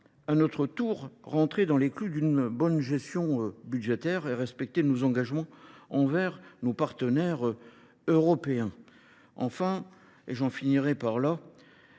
à notre tour, rentrer dans les clous d'une bonne gestion budgétaire et respecter nos engagements envers nos partenaires européens. Enfin, et j'en finirai par là,